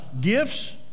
gifts